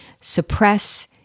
suppress